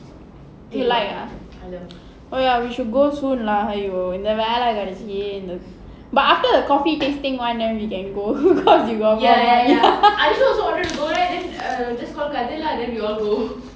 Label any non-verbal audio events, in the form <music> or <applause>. you like ah oh ya we should go soon lah !aiyo! but after the coffee tasting one then we can go because we got more people <laughs>